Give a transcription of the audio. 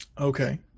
Okay